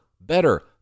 better